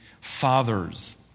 fathers